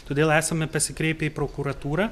todėl esame pasikreipę į prokuratūrą